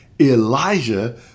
Elijah